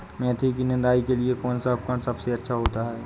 मेथी की निदाई के लिए कौन सा उपकरण सबसे अच्छा होता है?